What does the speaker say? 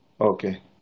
Okay